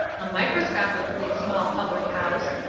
a microscopically small public house,